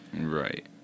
Right